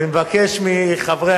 אני מבקש מחברי